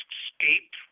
escape